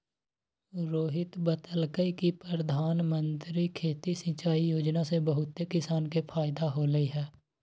रोहित बतलकई कि परधानमंत्री खेती सिंचाई योजना से बहुते किसान के फायदा होलई ह